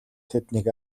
тэднийг